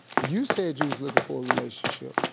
you said you was looking for a relationship.